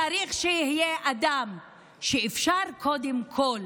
צריך שיהיה אדם שאפשר קודם כול